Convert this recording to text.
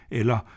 eller